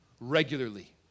regularly